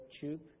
tube